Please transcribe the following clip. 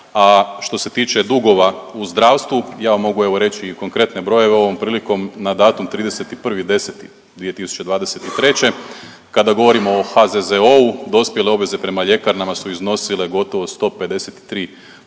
što se tiče dugova u zdravstvu, ja vam mogu evo reći i konkretne brojeve ovom prilikom na datum 31.10.2023. kada govorimo o HZZO-u dospjele obveze prema ljekarnama su iznosile gotovo 153